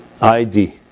Id